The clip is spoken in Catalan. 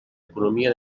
economia